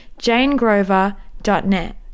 janegrover.net